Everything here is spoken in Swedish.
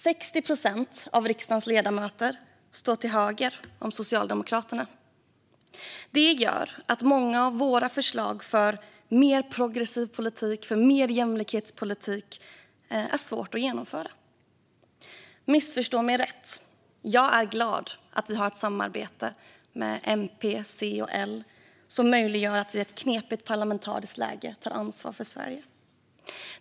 60 procent av riksdagens ledamöter står till höger om Socialdemokraterna. Det gör att många av våra förslag för mer progressiv politik och mer jämlikhetspolitik är svåra att genomföra. Missförstå mig rätt: Jag är glad att vi har ett samarbete med MP, C och L som möjliggör att vi i ett knepigt parlamentariskt läge tar ansvar för Sverige.